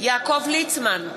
יעקב ליצמן,